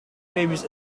babies